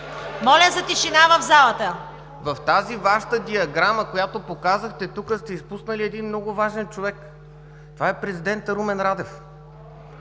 Моля за тишина в залата! ДЕЛЯН ДОБРЕВ: Във Вашата диаграма, която показахте тук, сте изпуснали един много важен човек – това е президентът Румен Радев.